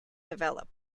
develop